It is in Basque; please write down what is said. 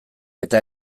eta